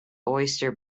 oyster